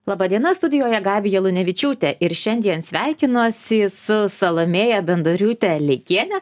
laba diena studijuoje gabija lunevičiūtė ir šiandien sveikinuosi su salomėja bendoriūte leikiene